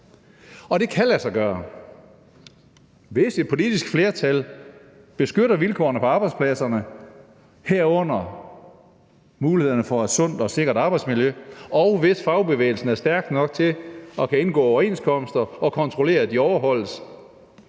Og det kan lade sig gøre, hvis et politisk flertal beskytter vilkårene på arbejdspladserne, herunder mulighederne for et sundt og sikkert arbejdsmiljø, og hvis fagbevægelsen er stærk nok til at kunne indgå overenskomster og kontrollere, at de overholdes.